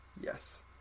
yes